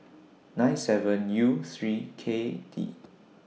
nine seven U three K D